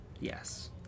Yes